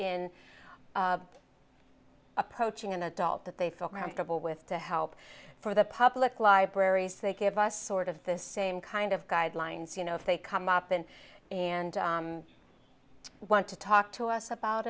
in approaching an adult that they felt roundtable with to help for the public libraries they give us sort of the same kind of guidelines you know if they come up in and i want to talk to us about